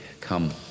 come